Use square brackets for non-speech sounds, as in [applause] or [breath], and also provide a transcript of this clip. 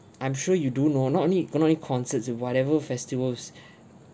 I'm sure you do know not only pinoy concerts or whatever festivals [breath]